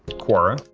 quora.